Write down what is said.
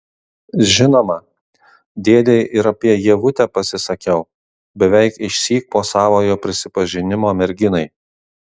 žinoma dėdei ir apie ievutę pasisakiau beveik išsyk po savojo prisipažinimo merginai